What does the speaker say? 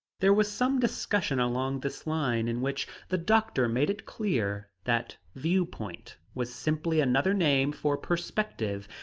there was some discussion along this line, in which the doctor made it clear that view-point was simply another name for perspective,